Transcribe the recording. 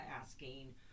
asking